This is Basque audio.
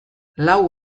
lau